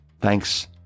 Thanks